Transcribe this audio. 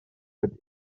wird